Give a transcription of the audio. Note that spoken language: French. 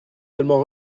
seulement